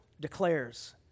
declares